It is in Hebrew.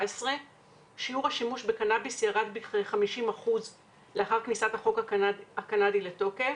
שימוש השיעור בקנאביס ירד בכ-50% לאחר כניסת החוק הקנדי לתוקף.